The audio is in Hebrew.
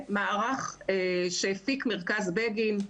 מערך שהפיק מרכז בגין,